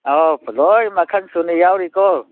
ꯑꯧ ꯂꯣꯏ ꯃꯈꯟ ꯁꯨꯅ ꯌꯥꯎꯔꯤꯀꯣ